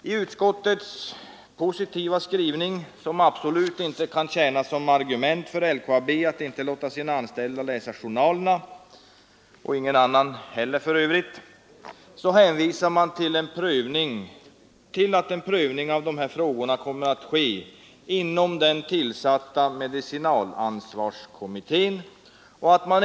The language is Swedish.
I utskottets positiva skrivning, som absolut inte kan tjäna som argument för LKAB att inte låta de anställda läsa sina journaler, hänvisar man till att prövning av dessa frågor kommer att ske inom den tillsatta medicinalansvarskommittén.